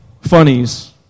funnies